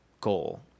goal